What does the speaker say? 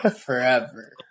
forever